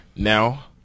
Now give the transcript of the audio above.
Now